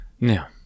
Now